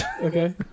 okay